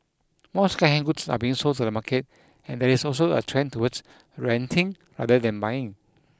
more second hand goods are being sold in the market and there is also a trend towards renting rather than buying